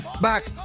back